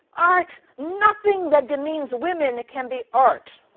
art! nothing that demeans women can be art!